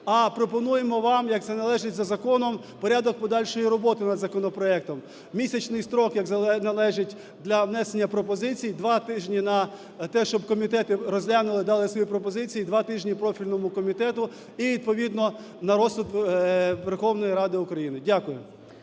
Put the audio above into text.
а пропонуємо вам, як це належить за законом, порядок подальшої роботи над законопроектом: в місячний строк, як належить для внесення пропозицій, два тижні на те, щоб комітети розглянули, дали свої пропозиції, два тижні профільному комітету і відповідно на розсуд Верховної Ради України. Дякую.